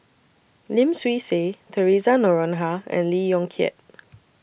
Lim Swee Say Theresa Noronha and Lee Yong Kiat